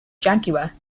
jaguar